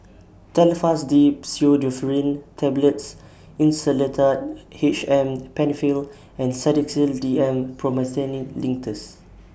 Telfast D Pseudoephrine Tablets Insulatard H M PenFill and Sedilix D M Promethazine Linctus